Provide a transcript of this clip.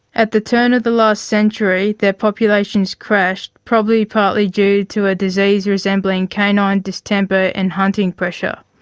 at the turn of the last century their populations crashed, probably partly due to a disease resembling canine distemper and hunting pressure.